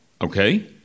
Okay